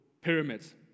pyramids